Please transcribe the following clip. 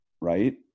right